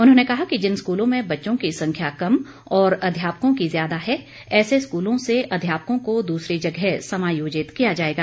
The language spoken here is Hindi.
उन्होंने कहा कि जिन स्कूलों में बच्चों की संख्या कम और अध्यापकों की ज्यादा है ऐसे स्कूलों से अध्यापकों को दूसरी जगह समायोजित किया जाएगा